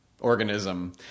Organism